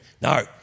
No